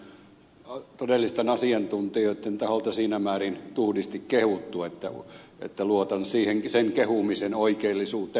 sitä on todellisten asiantuntijoitten taholta siinä määrin tuhdisti kehuttu että luotan sen kehumisen oikeellisuuteen